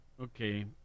Okay